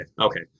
okay